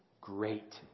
great